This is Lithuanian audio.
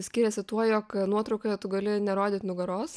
skiriasi tuo jog nuotraukoje tu gali nerodyt nugaros